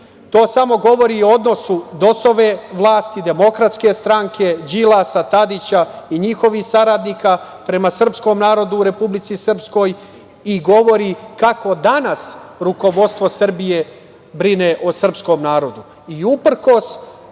samo govori o odnosu DOS-ove vlasti, DS, Đilasa, Tadića i njihovih saradnika prema srpskom narodu u Republici Srpskoj i govori kako danas rukovodstvo Srbije brine o srpskom narodu.